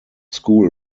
school